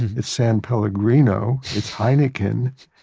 it's san pellegrino, it's heineken,